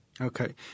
Okay